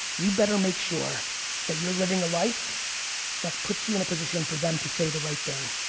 you better make sure that you're living a life that puts you in a position for them to say the right thing.